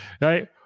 right